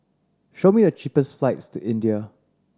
show me the cheapest flights to India